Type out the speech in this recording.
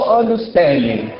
understanding